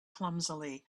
clumsily